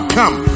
come